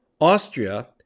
Austria